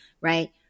right